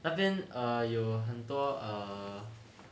那边有很多 err